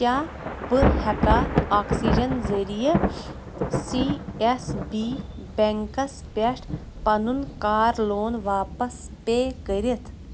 کیٛاہ بہٕ ہٮ۪کا آکسِجن ذٔریعہٕ سی ایس بی بیٚنٛکس پٮ۪ٹھ پَنُن کار لون واپس پے کٔرِتھ